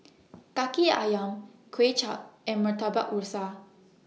Kaki Ayam Kuay Chap and Murtabak Rusa